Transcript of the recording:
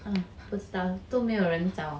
um 不知道都没有人找